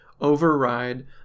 override